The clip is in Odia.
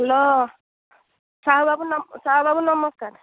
ହ୍ୟାଲୋ ସାହୁବାବୁ ନମ ସାହୁବାବୁ ନମସ୍କାର